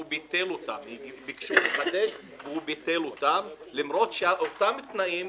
הם ביקשו לחדש והוא ביטל אותם למרות שקיימים אותם תנאים,